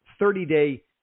30-day